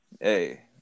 Hey